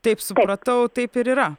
taip supratau taip ir yra